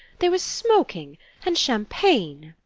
there was smoking and champagne.